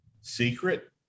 secret